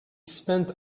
spent